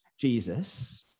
Jesus